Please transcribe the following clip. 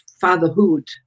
fatherhood